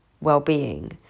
well-being